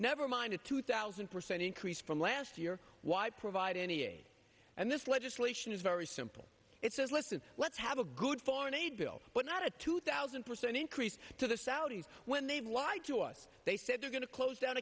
never mind a two thousand percent increase from last year why provide any and this legislation is very simple it says listen let's have a good foreign aid bill but not a two thousand percent increase to the saudis when they've lied to us they said we're going to close down